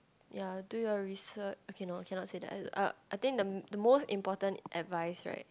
ya do your research okay no cannot say that uh I think the the most important advice right